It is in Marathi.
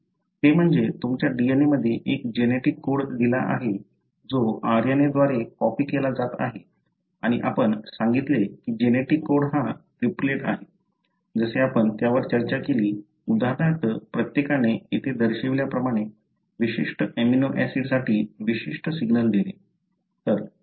ते म्हणजे तुमच्या DNA मध्ये एक जेनेटिक कोड दिला आहे जो RNA द्वारे कॉपी केला जात आहे आणि आपण सांगितले की जेनेटिक कोड हा ट्रीपलेट आहे जसे आपण त्यावर चर्चा केली उदाहरणार्थ प्रत्येकाने येथे दर्शविल्याप्रमाणे विशिष्ट एमिनो ऍसिडसाठी विशिष्ट सिग्नल देणे